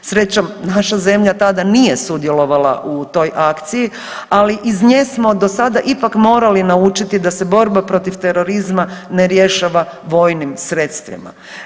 Srećom naša zemlja tada nije sudjelovala u toj akciji, ali iz nje smo do sada ipak morali naučiti da se borba protiv terorizma ne rješava vojnim sredstvima.